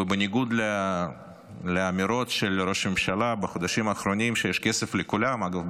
ובניגוד לאמירות של ראש הממשלה בחודשים האחרונים שיש כסף לכולם אגב,